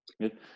Good